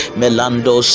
melando